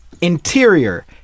Interior